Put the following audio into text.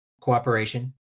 cooperation